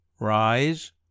Rise